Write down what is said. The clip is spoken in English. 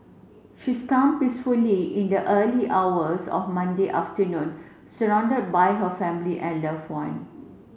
she peacefully in the early hours of Monday afternoon surrounded by her family and loved one